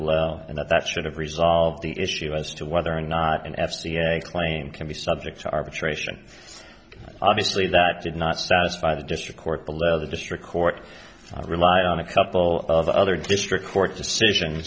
law and that that should have resolved the issue as to whether or not an f c c claim can be subject to arbitration obviously that did not satisfy the district court below the district court rely on a couple of other district court decision